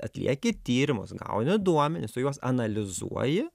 atlieki tyrimus gauni duomenis tu juos analizuoji